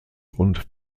und